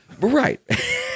Right